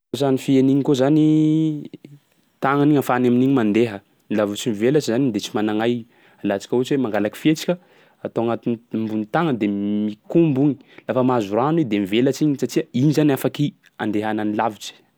Ampiasan'ny fia an'igny koa zany tagnany ahafahany amin'igny mandeha, laha vao tsy mivelatsy zany igny de tsy managn'ay. Alantsika ohatsy hoe mangalaky fia antsika atao agnatin'ny m- ambonin'ny tagnany de mikombo igny. Lafa mahazo rano i de mivelatsy igny satsia igny zany afaky andehanany lavitsy.